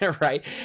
right